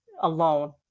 alone